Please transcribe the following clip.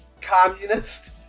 communist